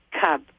cub